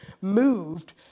moved